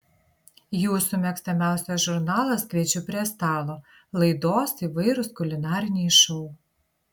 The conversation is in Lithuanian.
jūsų mėgstamiausias žurnalas kviečiu prie stalo laidos įvairūs kulinariniai šou